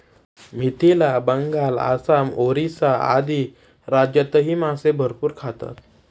मिथिला, बंगाल, आसाम, ओरिसा आदी राज्यांतही मासे भरपूर खातात